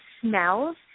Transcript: smells